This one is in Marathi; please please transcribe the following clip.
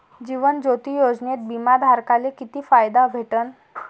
जीवन ज्योती योजनेत बिमा धारकाले किती फायदा भेटन?